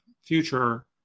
future